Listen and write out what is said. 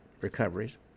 recoveries